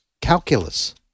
calculus